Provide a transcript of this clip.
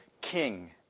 King